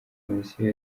komisiyo